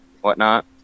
whatnot